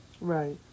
Right